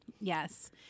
Yes